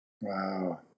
Wow